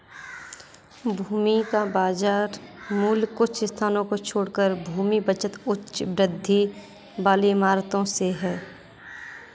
भूमि का बाजार मूल्य कुछ स्थानों को छोड़कर भूमि बचत उच्च वृद्धि वाली इमारतों से है